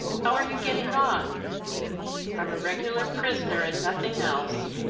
how are you getting on i'm a regular prisoner, and nothing else.